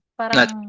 parang